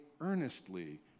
earnestly